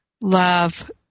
love